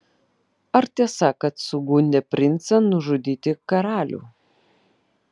ar tiesa kad sugundė princą nužudyti karalių